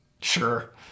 Sure